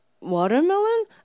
watermelon